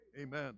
Amen